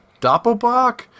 Doppelbach